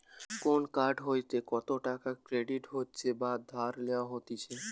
কোন কার্ড হইতে কত টাকা ক্রেডিট হচ্ছে বা ধার লেওয়া হতিছে